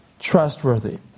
trustworthy